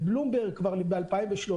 בבלומברג, כבר ב-2013,